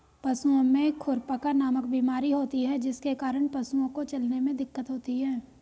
पशुओं में खुरपका नामक बीमारी होती है जिसके कारण पशुओं को चलने में दिक्कत होती है